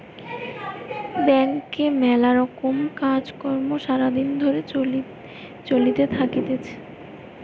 ব্যাংকে মেলা রকমের কাজ কর্ সারা দিন ধরে চলতে থাকতিছে